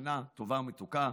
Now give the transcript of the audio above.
שנה טובה ומתוקה.